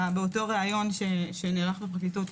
באותו ראיון שנערך בפרקליטות.